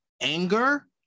anger